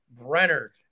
Brenner